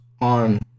on